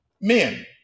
Men